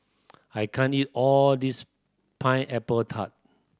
I can't eat all of this Pineapple Tart